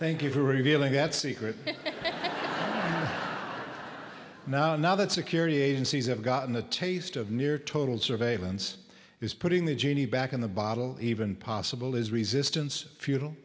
thank you for revealing that secret now another security agencies have gotten the taste of near total surveillance is putting the genie back in the bottle even possible is resistance futile